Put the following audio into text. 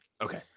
okay